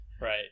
Right